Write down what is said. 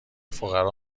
فقرا